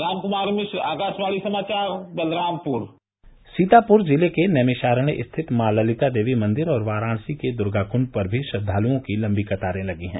रामकुमार मिश्र आकाशवाणी समाचार बलरामपुर सीतापुर जिले के नैमिषारण्य स्थित मॉ ललिता देवी मंदिर और वाराणसी के दुर्गाकुष्ड पर भी श्रद्वालुओं की लम्बी कतारे लगी हैं